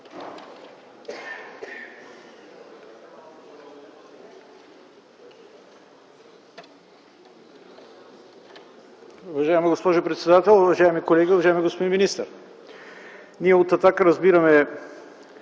Уважаема госпожо председател, уважаеми колеги, уважаеми господин министър! Ние от „Атака” разбираме,